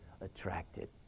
attracted